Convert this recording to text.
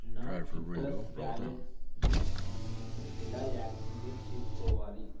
నా సిట్రస్ వాలెట్ను నేను ఎలా యాక్టివేట్ చేసుకోవాలి